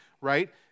right